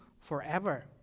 forever